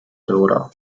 daughter